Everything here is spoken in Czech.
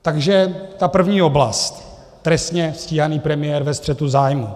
Takže ta první oblast trestně stíhaný premiér ve střetu zájmů.